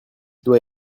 dois